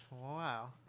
Wow